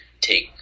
take